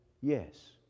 Yes